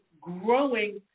growing